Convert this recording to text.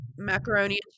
macaroni